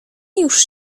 już